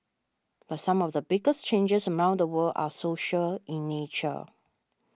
but some of the biggest changes around the world are social in nature